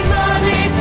money